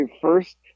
first